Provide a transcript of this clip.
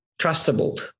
trustable